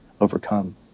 overcome